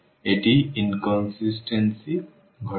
এই অসঙ্গতি ঘটনা